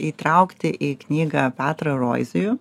įtraukti į knygą petrą roizijų